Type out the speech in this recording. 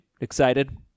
excited